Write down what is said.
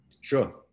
Sure